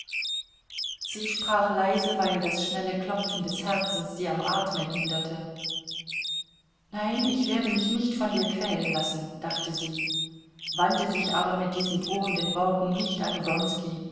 sie sprach leise weil das schnelle klopfen des herzens sie am atmen hinderte nein ich werde mich nicht von dir quälen lassen dachte sie wandte sich aber mit diesen drohenden worten nicht an